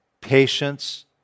patience